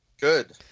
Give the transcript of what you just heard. Good